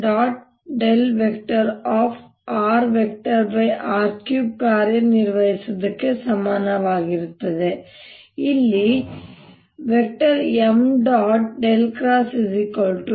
rr3 ಕಾರ್ಯನಿರ್ವಹಿಸುವುದಕ್ಕೆ ಸಮನಾಗಿರುತ್ತದೆ ಇಲ್ಲಿ m